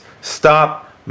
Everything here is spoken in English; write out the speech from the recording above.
stop